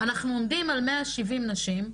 אנחנו עומדים על 170 נשים,